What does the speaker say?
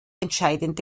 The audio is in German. entscheidende